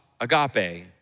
Agape